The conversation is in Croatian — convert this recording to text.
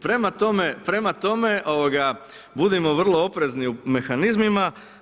Prema tome, prema tome, budimo vrlo oprezni u mehanizmima.